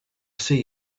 see